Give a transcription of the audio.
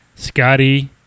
Scotty